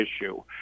issue